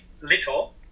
little